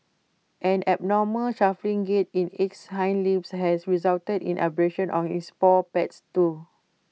an abnormal shuffling gait in its hind limbs has resulted in abrasions on its paw pads too